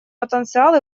потенциал